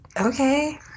Okay